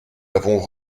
l’avons